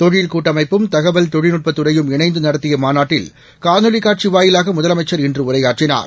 தொழில் கூட்டமைப்பும் தகவல் தொழில்நுட்பத் துறையும் இணைந்து நடத்திய மாநாட்டில் காணொலி காட்சி வாயிலாக முதலமைச்சர் இன்று உரையாற்றினார்